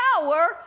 power